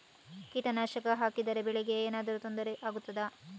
ಕೀಟನಾಶಕ ಹಾಕಿದರೆ ಬೆಳೆಗೆ ಏನಾದರೂ ತೊಂದರೆ ಆಗುತ್ತದಾ?